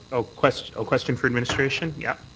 ah question ah question for administration? yeah.